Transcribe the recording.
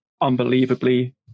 unbelievably